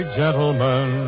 gentlemen